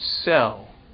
sell